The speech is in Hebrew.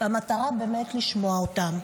והמטרה היא באמת לשמוע אותם.